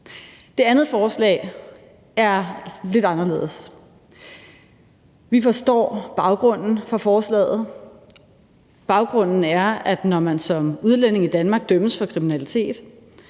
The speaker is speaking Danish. Det andet forslag er lidt anderledes. Vi forstår baggrunden for forslaget. Baggrunden er, at når man som udlænding i Danmark dømmes for kriminalitet,